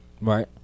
Right